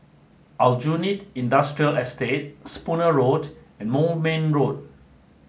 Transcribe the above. Aljunied Industrial Estate Spooner Road and Moulmein Road